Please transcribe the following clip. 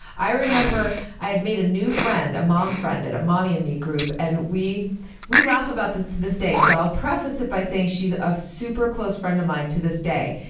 i remember i had made a new friend, a mom friend at a mommy and me group and we we laugh about this to this day, so i'll preface it by saying she's a super-close friend of mine to this day,